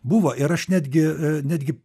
buvo ir aš netgi netgi